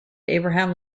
abraham